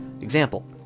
Example